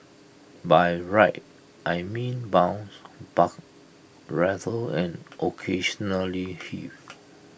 by ride I mean bounce buck rattle and occasionally heave